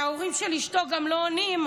וההורים של אשתו גם לא ענו,